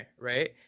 right